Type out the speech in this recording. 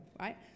right